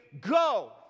Go